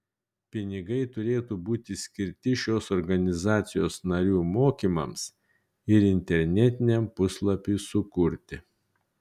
pinigai turėtų būti skirti šios organizacijos narių mokymams ir internetiniam puslapiui sukurti